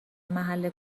محل